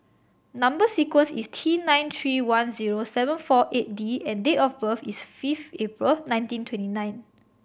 number sequence is T nine three one zero seven four eight D and date of birth is fifth April nineteen twenty nine